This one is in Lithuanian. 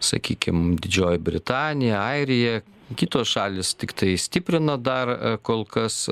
sakykim didžioji britanija airija kitos šalys tiktai stiprina dar kol kas